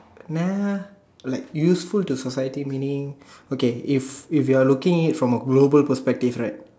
nah like useful to the society meaning okay if you looking it at a global perspective right